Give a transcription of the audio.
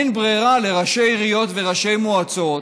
אין ברירה לראשי עיריות ולראשי מועצות